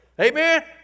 Amen